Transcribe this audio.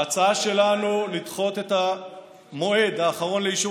ההצעה שלנו לדחות את המועד האחרון לאישור